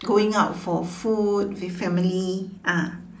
going out for food with family ah